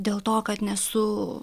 dėl to kad nesu